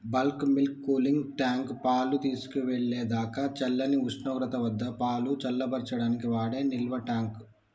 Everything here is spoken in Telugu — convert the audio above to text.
బల్క్ మిల్క్ కూలింగ్ ట్యాంక్, పాలు తీసుకెళ్ళేదాకా చల్లని ఉష్ణోగ్రత వద్దపాలు చల్లబర్చడానికి వాడే నిల్వట్యాంక్